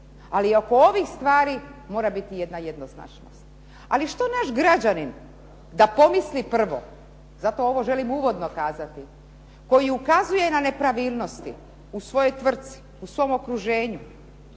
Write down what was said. Ali oko ovih stvari mora biti jedna jednoznačnost. Ali što naš građanin da pomisli prvo, zato ovo želim uvodno kazati, koji ukazuje na nepravilnosti u svojoj tvrtci, u svom okruženju